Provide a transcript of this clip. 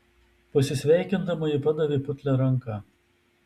pasisveikindama ji padavė putlią ranką